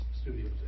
Studios